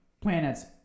Planets